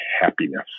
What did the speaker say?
happiness